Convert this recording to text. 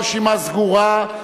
רשימה סגורה,